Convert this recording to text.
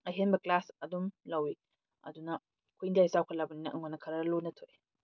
ꯑꯍꯦꯟꯕ ꯀꯂꯥꯁ ꯑꯗꯨꯝ ꯂꯧꯏ ꯑꯗꯨꯅ ꯑꯩꯈꯣꯏ ꯏꯟꯗꯤꯌꯥꯁꯤ ꯆꯥꯎꯈꯠꯂꯕꯅꯤꯅ ꯑꯩꯉꯣꯟꯗ ꯈꯔ ꯂꯨꯅ ꯊꯣꯛꯏ